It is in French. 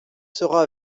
sera